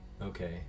Okay